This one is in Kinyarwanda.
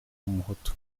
umuhutu